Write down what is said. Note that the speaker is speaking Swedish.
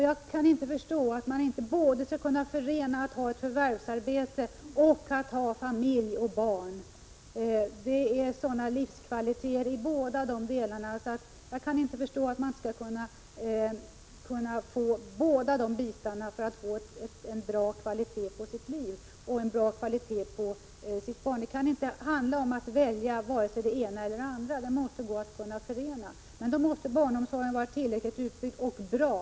Jag kan inte förstå att det inte skall vara möjligt att förena förvärvsarbete med att ha familj och barn. Dessa två saker skapar förutsättningar för en god livskvalitet. Det får inte handla om att tvingas välja det ena eller andra, utan det måste gå att förena förvärvsarbete och familjeliv. Det kräver att barnomsorgen är tillräckligt utbyggd och bra.